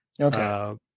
Okay